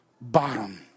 bottom